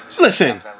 Listen